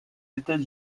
états